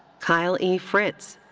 kyle e. fritz.